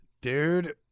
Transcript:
Dude